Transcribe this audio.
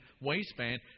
waistband